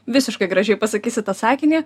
visiškai gražiai pasakysi tą sakinį